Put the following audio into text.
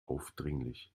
aufdringlich